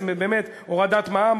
אז באמת הורדת מע"מ,